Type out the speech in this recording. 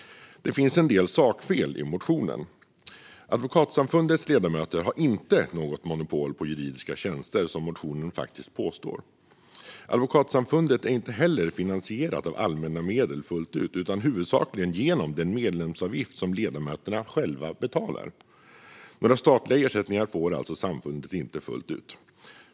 Det finns en del sakfel i motionerna. Advokatsamfundets ledamöter har inte något monopol på juridiska tjänster, som motionerna faktiskt påstår. Advokatsamfundet är inte heller finansierat av allmänna medel fullt ut utan huvudsakligen genom den medlemsavgift som ledamöterna själva betalar. Några statliga ersättningar får alltså samfundet inte fullt ut.